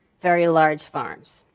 very large farms,